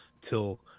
till